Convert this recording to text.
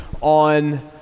on